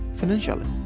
financially